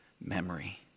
memory